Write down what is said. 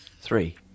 Three